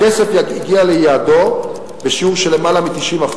הכסף יגיע ליעדו בשיעור של למעלה מ-90%,